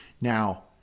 Now